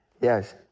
Yes